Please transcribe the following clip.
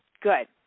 Good